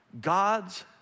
God's